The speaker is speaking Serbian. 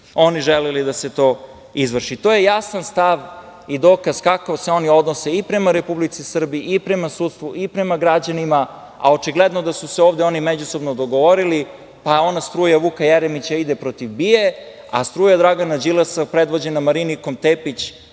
oni želeli da se to izvrši. To je jasan stav i dokaz kako se oni odnose i prema Republici Srbiji, i prema sudstvu, i prema građanima, a očigledno da su se ovde oni međusobno dogovorili, pa ona struja Vuka Jeremića ide protiv BIA-e, a struja Dragana Đilasa, predvođena Marinikom Tepić,